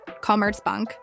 Commerzbank